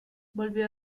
volvió